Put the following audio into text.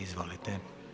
Izvolite.